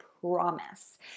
promise